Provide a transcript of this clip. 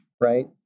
right